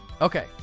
okay